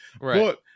Right